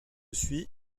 suit